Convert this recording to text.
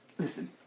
Listen